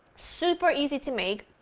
super easy to make,